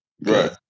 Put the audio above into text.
Right